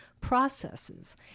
processes